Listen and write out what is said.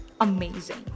Amazing